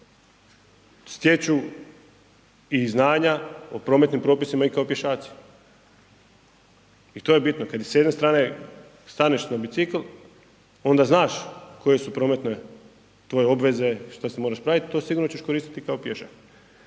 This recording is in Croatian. stječu i znanja o prometnim propisima i kao pješaci. I to je bitno, kad s jedne strane staneš na bicikl, onda znaš koje su prometne tvoje obveze, što se moraš praviti, to sigurno ćeš koristiti i kao pješak.